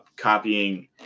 copying